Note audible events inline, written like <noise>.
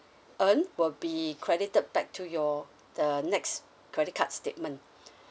earned will be credited back to your the next credit card statement <breath>